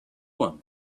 one